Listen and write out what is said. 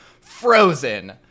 frozen